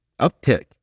uptick